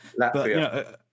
Latvia